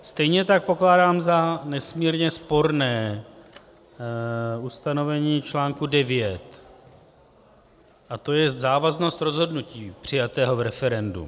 Stejně tak pokládám za nesmírně sporné ustanovení článku 9, to jest závaznost rozhodnutí přijatého v referendu.